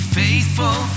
faithful